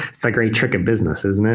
it's a great trick of business, isn't it?